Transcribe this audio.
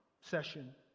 session